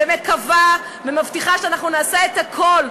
ומקווה ומבטיחה שאנחנו נעשה את הכול,